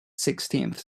sixteenth